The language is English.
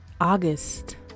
August